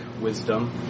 wisdom